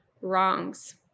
wrongs